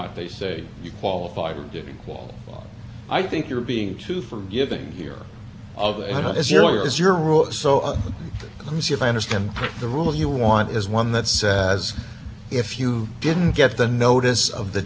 can see if i understand the rule you want is one that says if you didn't get the notice of the change there's no statute of limitations at all until a notice is given is that right even if you know that you even if